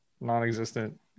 non-existent